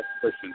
question